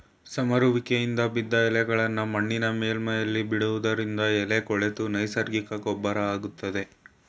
ಸಮರುವಿಕೆಯಿಂದ ಬಿದ್ದ್ ಎಲೆಗಳ್ನಾ ಮಣ್ಣಿನ ಮೇಲ್ಮೈಲಿ ಬಿಡೋದ್ರಿಂದ ಎಲೆ ಕೊಳೆತು ನೈಸರ್ಗಿಕ ಗೊಬ್ರ ಆಗ್ತದೆ